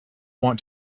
want